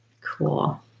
cool